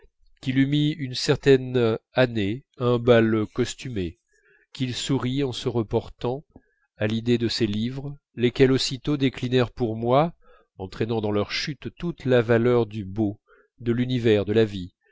qu'il eût mis une certaine année à un bal costumé qu'il sourit en se reportant à l'idée de ses livres lesquels aussitôt déclinèrent pour moi entraînant dans leur chute toute la valeur du beau de l'univers de la vie